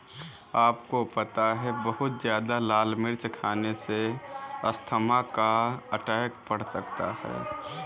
आपको पता है बहुत ज्यादा लाल मिर्च खाने से अस्थमा का अटैक पड़ सकता है?